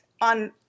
on